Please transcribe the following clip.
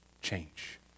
change